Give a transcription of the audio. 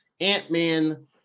Ant-Man